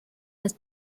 las